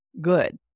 good